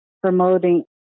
promoting